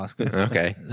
Okay